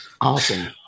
Awesome